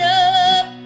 up